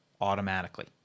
automatically